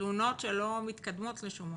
תלונות שלא מתקדמות לשום מקום.